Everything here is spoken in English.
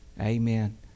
Amen